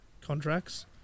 contracts